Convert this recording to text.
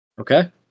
Okay